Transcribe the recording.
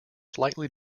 slightly